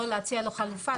או להציע לו חלופה,